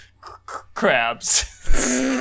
Crabs